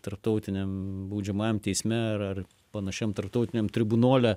tarptautiniam baudžiamajam teisme ar ar panašiam tarptautiniam tribunole